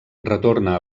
retorna